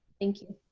thank you.